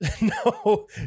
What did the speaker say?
no